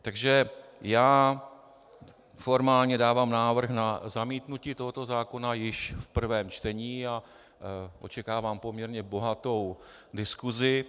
Takže já formálně dávám návrh na zamítnutí tohoto zákona již v prvém čtení a očekávám poměrně bohatou diskusi.